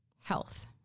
health